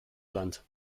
land